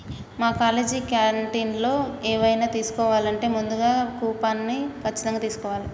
మా కాలేజీ క్యాంటీన్లో ఎవైనా తీసుకోవాలంటే ముందుగా కూపన్ని ఖచ్చితంగా తీస్కోవాలే